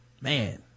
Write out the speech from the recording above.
Man